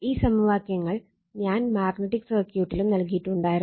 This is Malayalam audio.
ഈ സമവാക്യങ്ങൾ ഞാൻ മാഗ്നറ്റിക് സർക്യൂട്ടിലും നൽകിയിട്ടുണ്ടായിരുന്നു